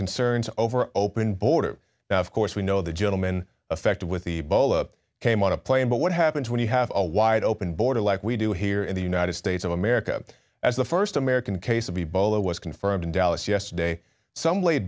concerns over open border of course we know the gentleman affected with ebola came on a plane but what happened when you have a wide open border like we do here in the united states of america as the first american case of ebola was confirmed in dallas yesterday some la